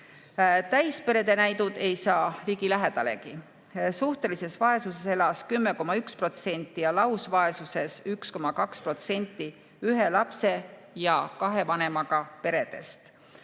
Täisperede näidud ei ole ligilähedalgi. Suhtelises vaesuses elas 10,1% ja lausvaesuses 1,2% ühe lapse ja kahe vanemaga peredest.